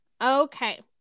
Okay